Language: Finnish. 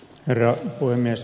herra puhemies